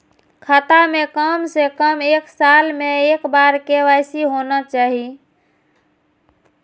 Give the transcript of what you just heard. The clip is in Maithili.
खाता में काम से कम एक साल में एक बार के.वाई.सी होना चाहि?